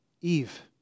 Eve